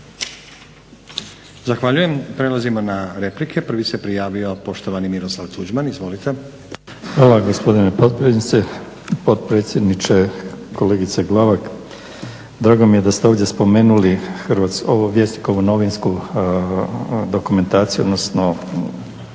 Zahvaljujem. Prelazimo na replike. Prvi se prijavio poštovani Miroslav Tuđman. Izvolite. **Tuđman, Miroslav (HDZ)** Hvala gospodine potpredsjedniče. Kolegice Glavak, drago mi je da ste ovdje spomenuli ovu Vjesnikovu novinsku dokumentaciju, odnosno